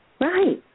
Right